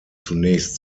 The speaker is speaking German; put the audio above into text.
zunächst